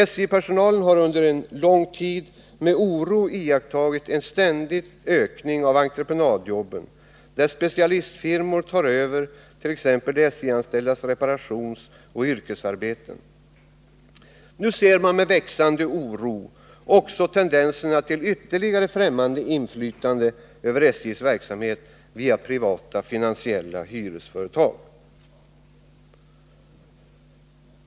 SJ-personalen har under lång tid med oro iakttagit en ständig ökning av entreprenadjobben, där specialistfirmor tar över t.ex. de SJ-anställdas reparationsoch yrkesarbeten. Nu ser man med växande oro tendenser till ytterligare främmande inflytande över SJ:s verksamhet via privata finansiella hyresföretag.